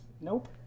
Nope